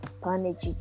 punish